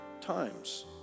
times